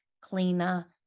cleaner